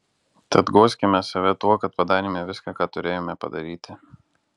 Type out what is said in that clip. tad guoskime save tuo kad padarėme viską ką turėjome padaryti